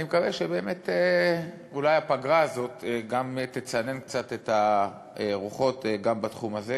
אני מקווה שאולי הפגרה הזאת תצנן קצת את הרוחות גם בתחום הזה,